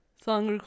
Song